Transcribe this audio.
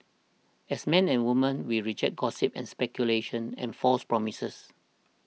as men and women we reject gossip and speculation and false promises